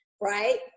right